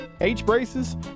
H-braces